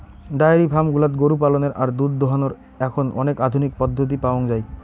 diary farm গুলাত গরু পালনের আর দুধ দোহানোর এখন অনেক আধুনিক পদ্ধতি পাওয়াঙ যাই